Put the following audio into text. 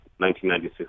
1996